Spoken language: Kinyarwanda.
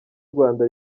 rwanda